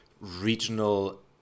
regional